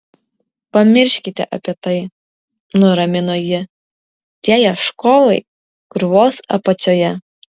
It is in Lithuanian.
pamirškite apie tai nuramino ji tie ieškovai krūvos apačioje